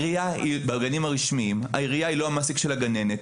בגנים הרשמיים העירייה היא לא המעסיק של הגננת.